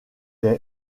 est